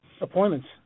Appointments